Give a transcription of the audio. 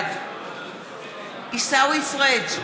בעד עיסאווי פריג'